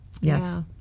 Yes